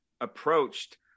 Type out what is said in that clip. approached